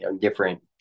different